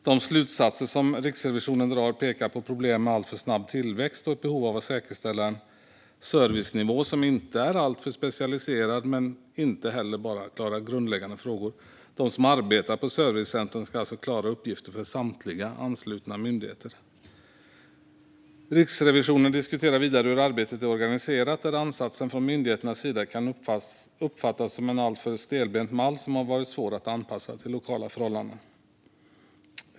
De slutsatser som Riksrevisionen drar pekar på problem med alltför snabb tillväxt och ett behov av att säkerställa en servicenivå som inte är alltför specialiserad men inte heller bara klarar grundläggande frågor. De som arbetar på servicecenter ska alltså klara uppgifter för samtliga anslutna myndigheter. Riksrevisionen diskuterar vidare hur arbetet är organiserat, där ansatsen från myndigheternas sida kan uppfattas som att följa en alltför stelbent mall som har varit svår att anpassa till lokala förhållanden.